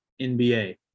NBA